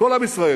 כל עם ישראל,